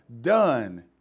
done